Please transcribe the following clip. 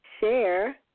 share